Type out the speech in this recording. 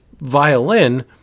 violin